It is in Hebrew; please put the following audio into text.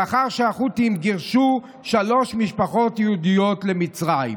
לאחר שהחות'ים גירשו שלוש משפחות יהודיות למצרים.